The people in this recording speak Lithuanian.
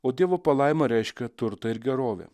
o dievo palaima reiškia turtą ir gerovę